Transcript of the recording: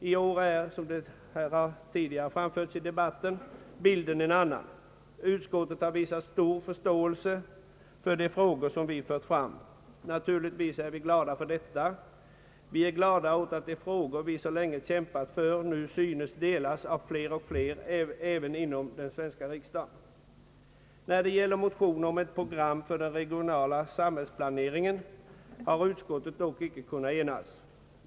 I år är, såsom tidigare har anförts i debatten, bilden en annan. Utskottet har visat stor förståelse för de frågor som vi fört fram. Naturligtvis är vi glada för detta. Vi är glada åt att de önskemål som vi så länge kämpat för nu synes delas av fler och fler även inom den svenska riksdagen. När det gäller motioner om ett program för den regionala samhällsplaneringen har utskottet dock inte kunnat enas.